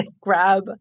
grab